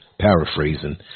paraphrasing